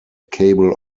cable